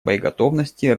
боеготовности